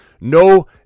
no